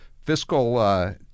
fiscal